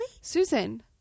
Susan